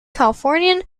californian